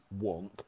wonk